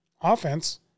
offense